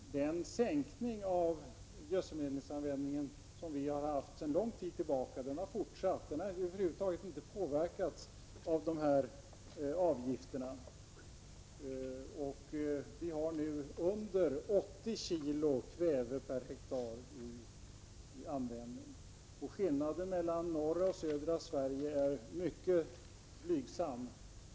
Den minskning av gödselmedelsanvändningen som vi har haft sedan lång tid tillbaka har fortsatt. Den har över huvud taget inte påverkats av avgifterna. Vi kan nu notera en användning som understiger 80 kg kväve per ha. Skillnaden mellan norra och södra Sverige i det här avseendet är mycket blygsam.